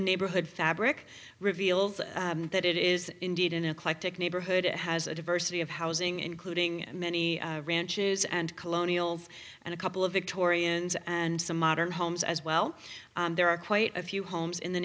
neighborhood fabric revealed that it is indeed an eclectic neighborhood it has a diversity of housing including many branches and colonial and a couple of victorians and some modern homes as well there are quite a few homes in the